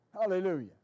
Hallelujah